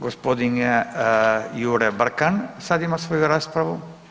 Gospodin Jure Brkan sad ima svoju raspravu.